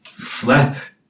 flat